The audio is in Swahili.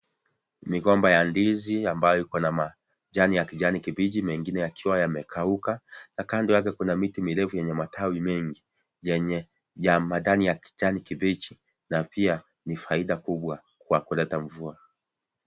Migomba ya ndizi ambayo iko na majani ya kijani kibichi mengine yakiwa yamekauka na kando yake kuna miti mirefu yenye matawi mengi, yenye ya majani ya kijani kibichi na pia ni faida kubwa kwa kuleta mvua.